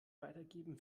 weitergeben